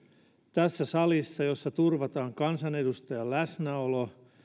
tässä salissa jossa turvataan kansanedustajan läsnäolo